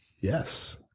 Yes